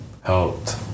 helped